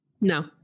no